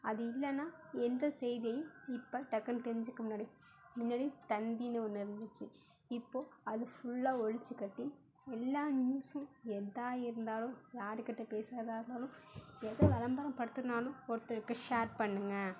அது இல்லைன்னா எந்த செய்தியையும் இப்போ டக்குன்னு தெரிஞ்சிக்க முன்னாடி முன்னாடி தந்தின்னு ஒன்று இருந்துச்சு இப்போது அது ஃபுல்லாக ஒழிச்சிக்கட்டி எல்லா நிமிஷம் எதாது இருந்தாலும் யார்கிட்ட பேசுகிறதா இருந்தாலும் எதை விளம்பரம் படுத்தணும்னாலும் ஒருத்தருக்கு ஷேர் பண்ணுங்கள்